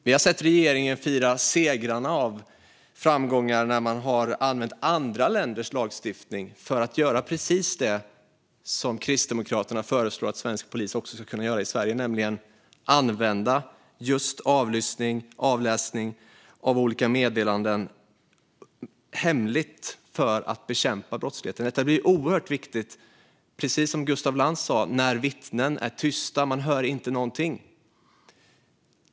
Vi har sett regeringen fira segrarna och framgångarna när man har använt andra länders lagstiftning för att göra precis det som Kristdemokraterna föreslår att svensk polis ska kunna göra i Sverige, nämligen hemligt använda avlyssning och avläsning av olika meddelanden för att bekämpa brottsligheten. Precis som Gustaf Lantz sa blir detta oerhört viktigt när vittnen är tysta och det inte hörs någonting.